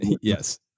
Yes